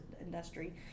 industry